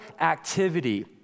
activity